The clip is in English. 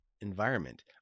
environment